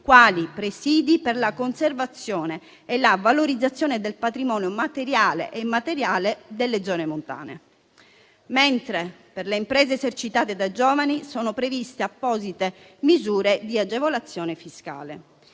presìdi per la conservazione e la valorizzazione del patrimonio materiale e immateriale delle zone montane, mentre per le imprese esercitate da giovani sono previste apposite misure di agevolazione fiscale.